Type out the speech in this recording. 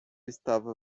estava